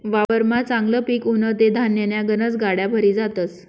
वावरमा चांगलं पिक उनं ते धान्यन्या गनज गाड्या भरी जातस